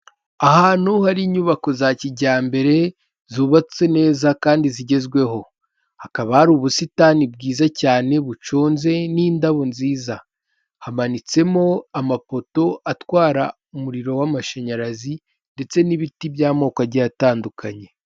Ahantu hari inyubako za kijyambere zubatse neza kandi zigezweho, hakaba hari ubusitani bwiza cyane buconze n'indabo nziza, hamanitsemo amapoto atwara umuriro w'amashanyarazi ndetse n'ibiti by'amoko agiye atandukanye.